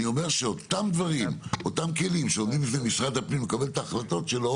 אני אומר שאותם כלים שעומדים בפני משרד הפנים לקבל את ההחלטות שלו